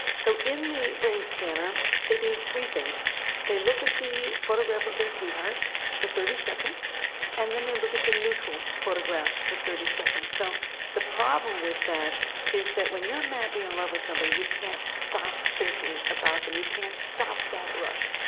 so in the brain scanner they do three things they look at the photograph of their sweetheart for thirty seconds and then they look at the neutral photograph for thirty seconds. so the problem with that is that when you're madly in love with somebody you can't stop thinking about them, you can't stop that rush.